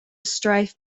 strife